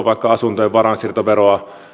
vaikka asuntojen varainsiirtoveroa